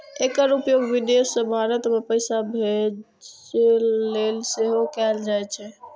एकर उपयोग विदेश सं भारत मे पैसा भेजै लेल सेहो कैल जाइ छै